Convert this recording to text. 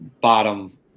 bottom